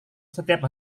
setiap